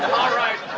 all right.